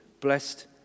Blessed